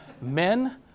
Men